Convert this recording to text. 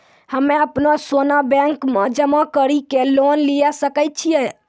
हम्मय अपनो सोना बैंक मे जमा कड़ी के लोन लिये सकय छियै?